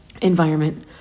environment